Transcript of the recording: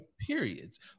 periods